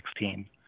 2016